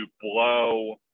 blow